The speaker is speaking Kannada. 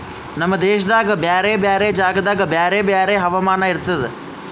ನಮ್ ದೇಶದಾಗ್ ಬ್ಯಾರೆ ಬ್ಯಾರೆ ಜಾಗದಾಗ್ ಬ್ಯಾರೆ ಬ್ಯಾರೆ ಹವಾಮಾನ ಇರ್ತುದ